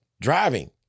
driving